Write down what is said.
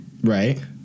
Right